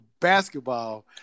basketball